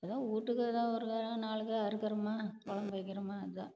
ஏதோ வீட்டுக்கு ஏதோ ஒரு காயோ நாலு காய் அறுக்கிறோமா கொழம்பு வைக்கிறோமோ அதுதான்